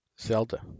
zelda